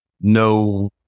no